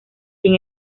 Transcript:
sin